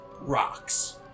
rocks